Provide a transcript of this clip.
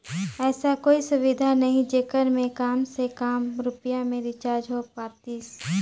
ऐसा कोई सुविधा नहीं जेकर मे काम से काम रुपिया मे रिचार्ज हो पातीस?